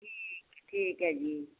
ਠੀਕ ਹੈ ਜੀ